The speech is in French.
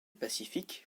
pacifique